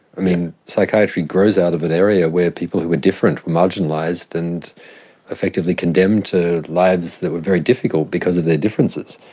i mean, psychiatry grows out of an area where people who were different, marginalised and effectively condemned to lives that were very difficult because of their differences.